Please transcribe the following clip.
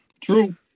True